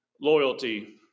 loyalty